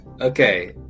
Okay